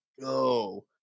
go